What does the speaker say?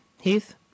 Heath